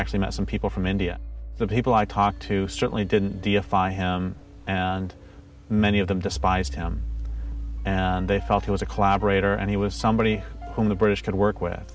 actually met some people from india the people i talked to certainly didn't deify him and many of them despised him and they felt he was a collaborator and he was somebody whom the british could work with